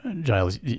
Giles